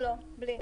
בלי.